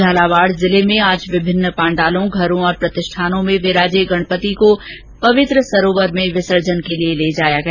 झालावाड़ जिले में आज विभिन्न पांडालों घरों प्रतिष्ठानों में विराजे गणपति जी को पवित्र सरोवर में विसर्जन के लिए ले जाया गया